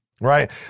right